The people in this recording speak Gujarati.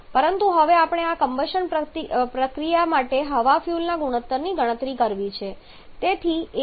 પરંતુ હવે આપણે આ કમ્બશન પ્રક્રિયા માટે હવા ફ્યુઅલના ગુણોત્તરની ગણતરી કરવી પડશે